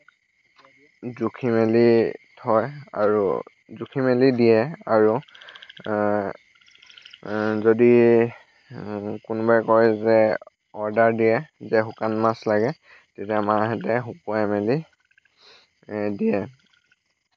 জুখি মেলি থয় আৰু জুখি মেলি দিয়ে আৰু যদি কোনোবাই কয় যে অৰ্ডাৰ দিয়ে যে শুকান মাছ লাগে তেতিয়া মাহঁতে শুকুৱাই মেলি দিয়ে